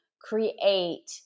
create